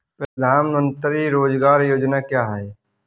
प्रधानमंत्री रोज़गार योजना क्या है?